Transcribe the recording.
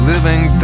Living